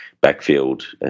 backfield